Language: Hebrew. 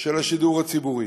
של השידור הציבורי.